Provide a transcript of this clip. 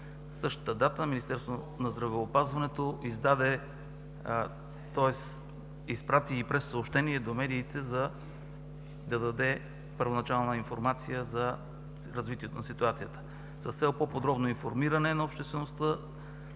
същата дата Министерството на здравеопазването изпрати и прессъобщение до медиите, за да даде първоначална информация за развитието на ситуацията. С цел по-подробно информиране на обществеността